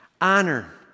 Honor